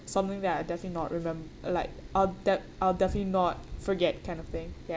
something that I definitely not rem~ like I'll def~ I'll definitely not forget kind of thing ya